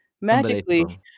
Magically